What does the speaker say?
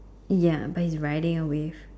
ya but he's riding a wave